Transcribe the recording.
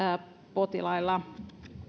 potilailla